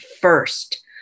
first